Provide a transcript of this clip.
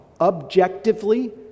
objectively